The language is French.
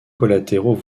collatéraux